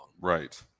Right